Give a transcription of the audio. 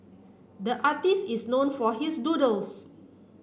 the artist is known for his doodles